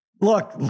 look